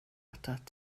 atat